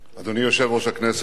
אדוני יושב-ראש הכנסת